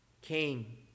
came